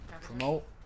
Promote